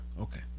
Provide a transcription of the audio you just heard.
Okay